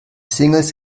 singles